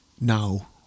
now